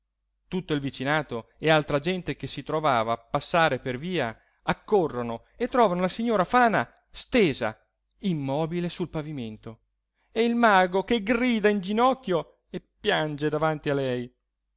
tutto il vicinato e altra gente che si trovava a passare per via accorrono e trovano la signora fana stesa immobile sul pavimento e il mago che grida in ginocchio e piange davanti a lei